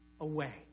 away